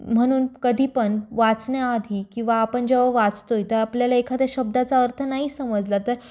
म्हणून कधीपण वाचण्याआधी किंवा आपण जेव्हा वाचतो आहे तर आपल्याला एखाद्या शब्दाचा अर्थ नाही समजला तर